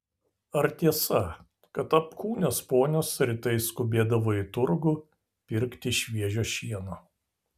ar tiesa kad apkūnios ponios rytais skubėdavo į turgų pirkti šviežio šieno